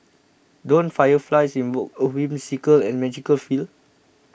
don't fireflies invoke a whimsical and magical feel